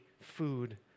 food